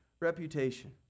reputation